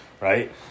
right